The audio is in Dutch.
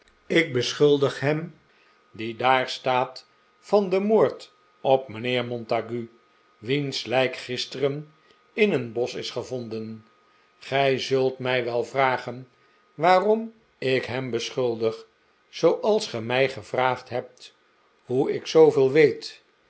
ik beschuldig hem die daar staat van den moord op mijnheer montague wiens lijk gisteren in een bosch is gevonden gij zult mij wel vragen waarom ik hem beschuldig zooals ge mij gevraagd hebt hoe ik zooveel weet